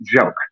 joke